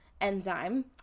enzyme